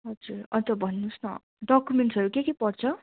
हजुर अन्त भन्नुहोस् न डकुमेन्ट्सहरू के के पर्छ